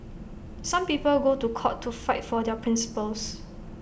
some people go to court to fight for their principles